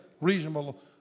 reasonable